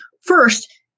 first